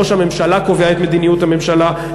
ראש הממשלה קובע את המדיניות של הממשלה.